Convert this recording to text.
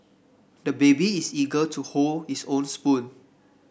the baby is eager to hold his own spoon